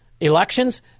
elections